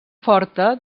forta